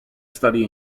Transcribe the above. study